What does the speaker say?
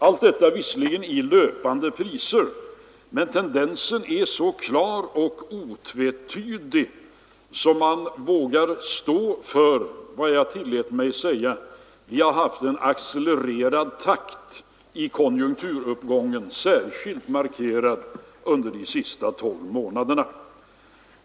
Allt detta är visserligen räknat i löpande priser, men tendensen är så klar och otvetydig att jag vågar stå för vad jag tillät mig säga: Vi har haft ett accelererat tempo i konjunkturuppgången, särskilt markerat under de senaste tolv månaderna.